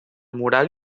mural